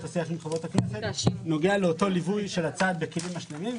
השיח עם חברות הכנסת והוא נוגע לאותו ליווי של הצעד בכלים משלימים,